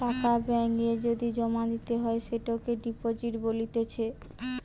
টাকা ব্যাঙ্ক এ যদি জমা দিতে হয় সেটোকে ডিপোজিট বলতিছে